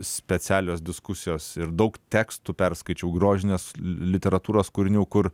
specialios diskusijos ir daug tekstų perskaičiau grožinės li literatūros kūrinių kur